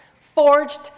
forged